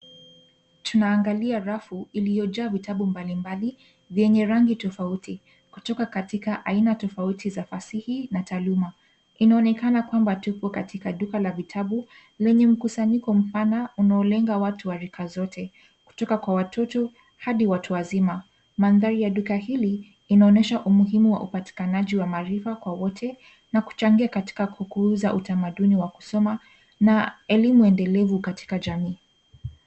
Tunaangalia rafu iliyojaa vitabu mbalimbali vyenye rangi tofauti kutoka katika aina tofauti za fasihi na taaluma. Inaonekana kwamba tuko katika duka la vitabu wenye mkusanyiko mpana unaolenga watu wa rika zote, kutoka kwa watoto hadi watu wazima. Mandhari ya duka hili inaonyesha umuhimu wa upatikanaji wa maarifa kwa wote, na kuchangia katika kukuza utamaduni wa kusoma na elimu endelevu katika jamii.